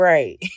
Right